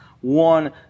One